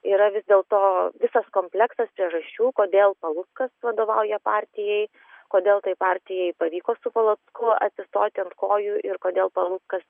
yra vis dėl to visas kompleksas priežasčių kodėl paluckas vadovauja partijai kodėl tai partijai pavyko su palacku atsistoti ant kojų ir kodėl paluckas